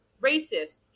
racist